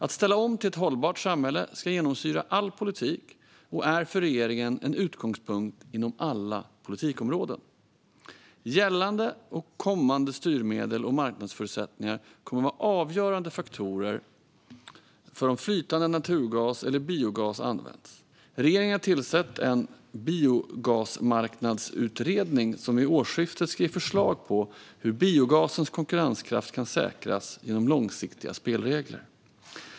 Att ställa om till ett hållbart samhälle ska genomsyra all politik och är för regeringen en utgångspunkt inom alla politikområden. Gällande och kommande styrmedel och marknadsförutsättningar kommer att vara avgörande faktorer för om flytande naturgas eller biogas används. Regeringen har tillsatt en biogasmarknadsutredning som vid årsskiftet ska ge förslag på hur biogasens konkurrenskraft kan säkras genom långsiktiga spelregler.